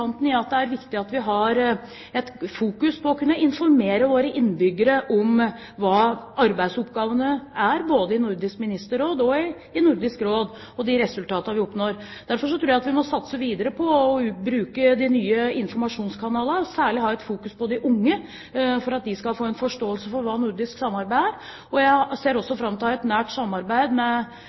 er viktig at vi har et fokus på å informere våre innbyggere om hva arbeidsoppgavene til Nordisk Ministerråd og Nordisk Råd er, og de resultatene vi oppnår. Derfor tror jeg vi må satse videre på å bruke de nye informasjonskanalene, og særlig ha et fokus på de unge for at de skal få en forståelse for hva nordisk samarbeid er. Jeg ser også fram til å ha et nært samarbeid